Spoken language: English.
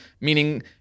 meaning